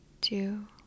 two